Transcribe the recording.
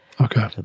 Okay